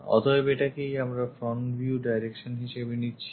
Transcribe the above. অতএব এটাকেই আমরা ফ্রন্ট ভিউ ডাইরেকশন হিসেবে নিচ্ছি